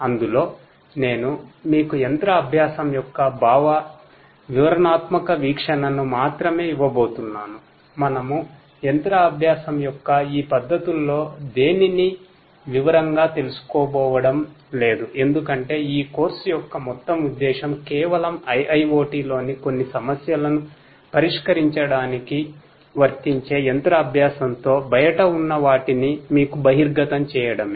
ఇందులో నేను మీకు మెషిన్ లెర్నింగ్ తో బయట ఉన్న వాటిని మీకు బహిర్గతంచేయడమే